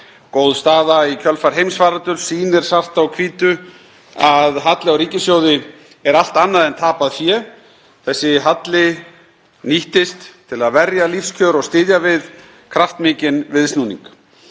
Góð staða í kjölfar heimsfaraldurs sýnir okkur svart á hvítu að halli á ríkissjóði er allt annað en tapað fé, þessi halli nýttist til að verja lífskjör og styðja við kraftmikinn viðsnúning.